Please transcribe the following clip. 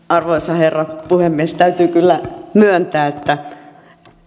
arvoisa herra puhemies täytyy kyllä myöntää että